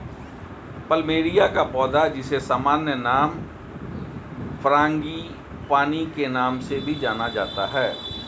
plumeria का पौधा, जिसे सामान्य नाम फ्रांगीपानी के नाम से भी जाना जाता है